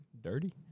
dirty